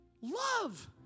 love